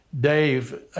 Dave